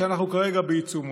שאנחנו כרגע בעיצומו.